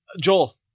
Joel